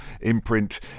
imprint